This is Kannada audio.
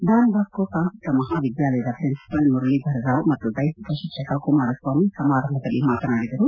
ಡಾನ್ ಬಾಸ್ಕೋ ತಾಂತ್ರಿಕ ಮಹಾವಿದ್ಯಾಲಯದ ಪ್ರಿನಿಷಾಲ್ ಮುರುಳೀಧರ್ರಾವ್ ಮತ್ತು ದೈಹಿಕ ಶಿಕ್ಷಕ ಕುಮಾರಸ್ವಾಮಿ ಸಮಾರಂಭದಲ್ಲಿ ಮಾತನಾಡಿದರು